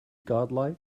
godlike